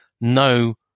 no